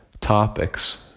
topics